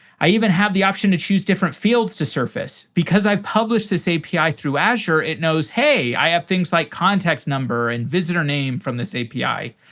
i even have the option to choose different fields to surface. because i publish this api through azure, it knows, hey, i have things like contact number and visitor name from this api.